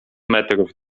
metrów